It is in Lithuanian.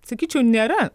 sakyčiau nėra